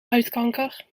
huidkanker